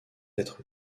être